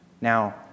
Now